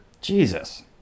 Jesus